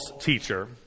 teacher